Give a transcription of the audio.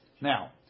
Now